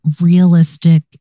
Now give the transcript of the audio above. realistic